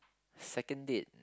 second date